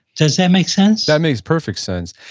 does that make sense? that makes perfect sense.